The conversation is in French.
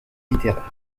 littéraire